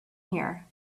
here